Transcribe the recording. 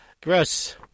Gross